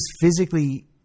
physically